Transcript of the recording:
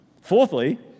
Fourthly